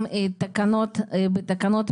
צוהריים טובים לכולם,